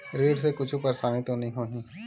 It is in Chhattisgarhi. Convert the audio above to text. ऋण से कुछु परेशानी तो नहीं होही?